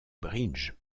bridge